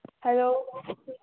hello